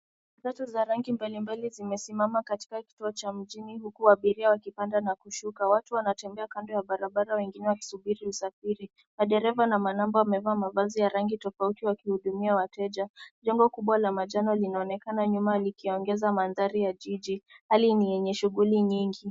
Basi za rangi mbali mbali zimesimama katika kituo cha mjini huku abiria wakipanda na kushuka . Watu wanatembea kando ya barabara wengine wakisuburi kusafiri . Madereva na manamba wamevaa mavazi ya rangi tofauti wakihudumia wateja. Jengo kubwa la manjano linaonekana nyuma likiongeza maandhari ya jiji. Hali ni yenye shughuli nyingi.